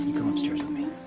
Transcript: come upstairs with me?